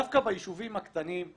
דווקא ביישובים הקטנים,